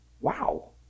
Wow